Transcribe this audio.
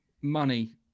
Money